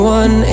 one